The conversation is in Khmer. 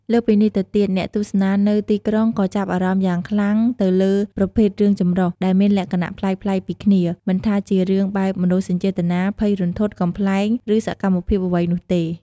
លើសពីនេះទៅទៀត អ្នកទស្សនានៅទីក្រុងក៏ចាប់អារម្មណ៍យ៉ាងខ្លាំងទៅលើ ប្រភេទរឿងចម្រុះ ដែលមានលក្ខណៈប្លែកៗពីគ្នា មិនថាជារឿងបែបមនោសញ្ចេតនា ភ័យរន្ធត់ កំប្លែង ឬសកម្មភាពអ្វីនោះទេ។